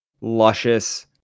luscious